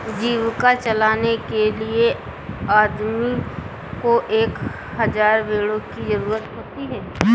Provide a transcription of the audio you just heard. जीविका चलाने के लिए आदमी को एक हज़ार भेड़ों की जरूरत होती है